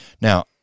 Now